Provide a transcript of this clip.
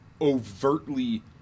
overtly